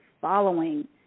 following